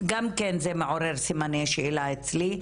גם כן זה מעורר סימני שאלה אצלי.